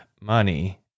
money